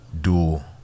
dual